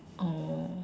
oh